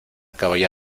caballo